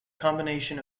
combination